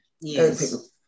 Yes